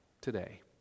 today